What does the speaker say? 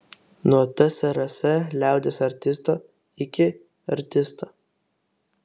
nuo tsrs liaudies artisto iki artisto